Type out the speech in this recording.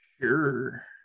Sure